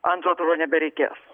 antro turo nebereikės